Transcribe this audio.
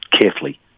carefully